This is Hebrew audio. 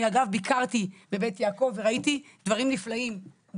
אני אגב ביקרתי בבית יעקב וראיתי דברים נפלאים,